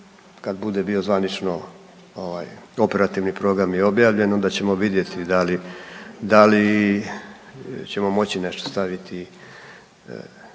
Kad bude bio zvanično ovaj, operativni program je objavljen, onda ćemo vidjeti da li ćemo moći nešto staviti